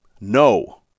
No